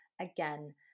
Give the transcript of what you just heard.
Again